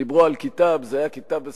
כשדיברו על כיתאב, זה היה כיתאב א-סיבויה,